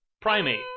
primate